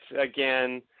again